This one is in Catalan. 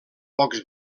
pocs